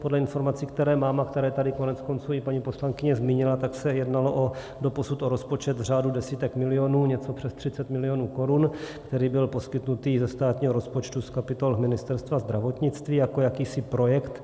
Podle informací, které mám a které tady koneckonců paní poslankyně zmínila, tak se jednalo doposud o rozpočet v řádu desítek milionů, něco přes 30 milionů korun, které byly poskytnuty ze státního rozpočtu z kapitol Ministerstva zdravotnictví jako jakýsi projekt.